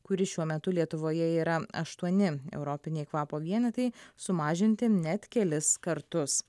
kuri šiuo metu lietuvoje yra aštuoni europiniai kvapo vienetai sumažinti net kelis kartus